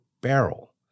barrel